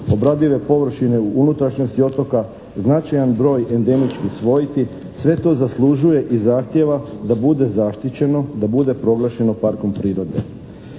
obradive površine u unutrašnjosti otoka, značajan broj endemičnih svojti, sve to zaslužuje i zahtijeva da bude zaštićeno, da bude proglašeno parkom prirode.